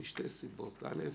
משתי סיבות: א',